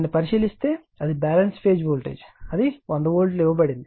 దానిని పరిశీలిస్తే అది బ్యాలెన్స్ ఫేజ్ వోల్టేజ్ అది వంద వోల్ట్ ఇవ్వబడింది